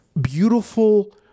beautiful